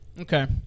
Okay